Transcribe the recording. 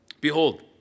Behold